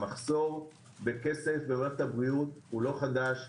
המחסור בכסף במערכת הבריאות אינו חדש,